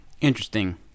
interesting